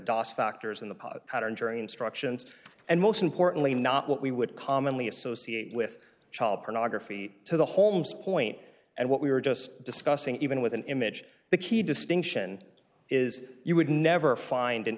dos factors in the pot pattern jury instructions and most importantly not what we would commonly associate with child pornography to the holmes point and what we were just discussing even with an image the key distinction is you would never find an